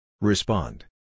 Respond